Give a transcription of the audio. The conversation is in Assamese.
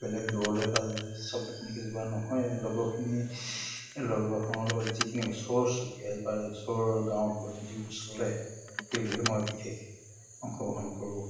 বেলেগ দূৰলৈ বা চাবলৈ তেনেকৈ যোৱা নহয়েই লগৰখিনি লগৰ সংগৰ লগত যিখিনি ওচৰ চুবুৰীয়া বা ওচৰ গাঁওবোৰত যিবোৰ চলে সেইবোৰহে মই বিশেষ অংশগ্ৰহণ কৰোঁ